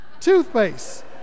toothpaste